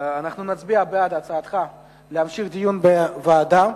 אנחנו נצביע בעד הצעתך להמשיך את הדיון בוועדה.